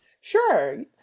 Sure